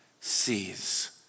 sees